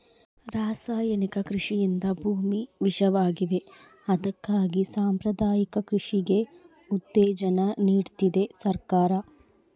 ರಾಸಾಯನಿಕ ಕೃಷಿಯಿಂದ ಭೂಮಿ ವಿಷವಾಗಿವೆ ಅದಕ್ಕಾಗಿ ಸಾಂಪ್ರದಾಯಿಕ ಕೃಷಿಗೆ ಉತ್ತೇಜನ ನೀಡ್ತಿದೆ ಸರ್ಕಾರ